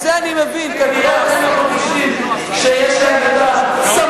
את זה אני מבין כי אתם עדיין לא מרגישים שיש להם הסמכות